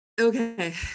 okay